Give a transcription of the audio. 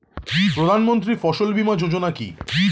প্রধানমন্ত্রী ফসল বীমা যোজনা কি?